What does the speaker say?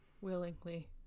willingly